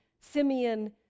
Simeon